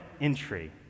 entry